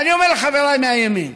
ואני אומר לחבריי מהימין,